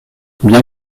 bien